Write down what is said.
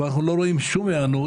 אבל אנחנו לא רואים שום היענות